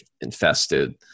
infested